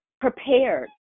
prepared